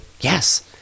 yes